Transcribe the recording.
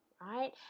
right